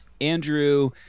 Andrew